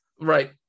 right